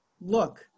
Look